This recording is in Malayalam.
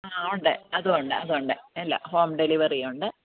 ആ ഉണ്ട് അതും ഉണ്ട് അതും ഉണ്ട് അല്ല ഹോം ഡെലിവറിയുണ്ട്